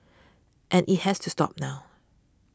and it has to stop now